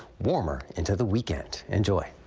warmer into the weekend. enjoy.